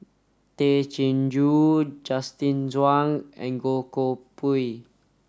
Tay Chin Joo Justin Zhuang and Goh Koh Pui